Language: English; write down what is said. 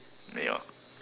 ya